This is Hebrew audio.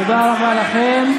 תודה רבה לכם.